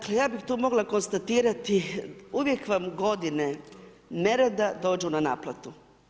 Dakle, ja bih tu mogla konstatirati, uvijek vam godine nerada dođu na naplatu.